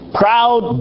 proud